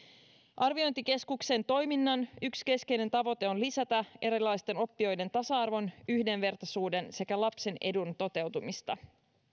arviointikeskuksen toiminnan yksi keskeinen tavoite on lisätä erilaisten oppijoiden tasa arvon yhdenvertaisuuden sekä lapsen edun toteutumista